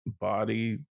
body